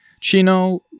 Chino